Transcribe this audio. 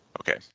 okay